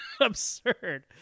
absurd